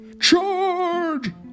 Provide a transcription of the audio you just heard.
Charge